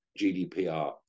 GDPR